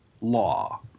Law